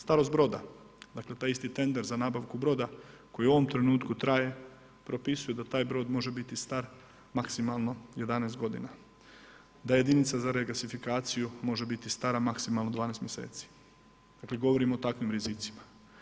Starost broda, dakle taj isti tender za nabavku broda koji u ovom trenutku traje, propisuje da taj brod može biti star maksimalno 11 godina, da je jedinica za regasifikaciju može biti stara maksimalno 12 mjeseci, dakle govorimo o takvim rizicima.